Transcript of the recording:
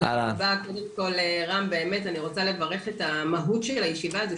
אני רוצה לברך את המהות של הישיבה הזאת,